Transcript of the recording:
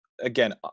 again